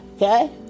Okay